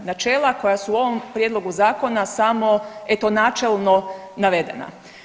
Načela koja su u ovom prijedlogu zakona samo eto načelno navedena.